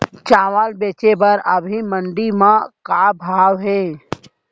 चांवल बेचे बर अभी मंडी म का भाव हे?